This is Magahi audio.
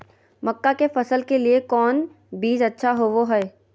मक्का के फसल के लिए कौन बीज अच्छा होबो हाय?